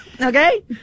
Okay